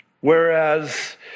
Whereas